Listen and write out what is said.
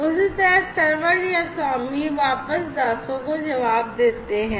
उसी तरह सर्वर या स्वामी वापस दासों को जवाब देते हैं